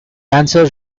cancer